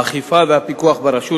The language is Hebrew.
האכיפה והפיקוח ברשות,